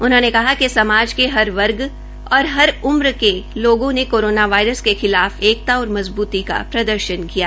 उन्होंने कहा कि समाज के हर वर्ग और हर उम्र के लोगों ने कोरोना वायरस के खिलाफ एकता और मजबूती का प्रदर्शनकिया